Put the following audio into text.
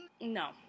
No